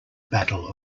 battle